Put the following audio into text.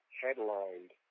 headlined